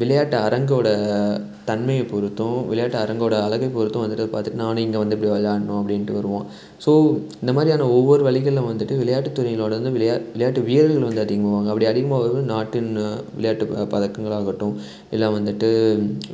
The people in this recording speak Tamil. விளையாட்டு அரங்கோட தன்மையை பொறுத்தும் விளையாட்டு அரங்கோட அழகை பொறுத்தும் வந்துட்டு அதை பார்த்துட்டு நானும் இங்கே வந்து இப்படி விளையாட்ணும் அப்படின்ட்டு வருவான் ஸோ இந்தமாதிரியான ஒவ்வொரு வழிகள்ல வந்துட்டு விளையாட்டுத் துறை வந்து விளையா விளையாட்டு வீரர்கள் வந்து அதிகமாவாங்க அப்படி அதிகமாகிறது நாட்டின் விளையாட்டு பதக்கங்கள் ஆகட்டும் இல்லை வந்துட்டு